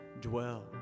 dwell